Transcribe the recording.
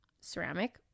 ceramic